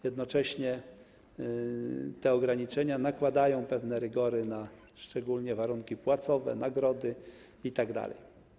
Jednocześnie te ograniczenia nakładają pewne rygory, szczególnie na warunki płacowe, nagrody itd.